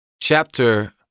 chapter